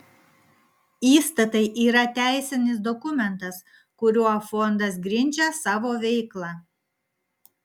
įstatai yra teisinis dokumentas kuriuo fondas grindžia savo veiklą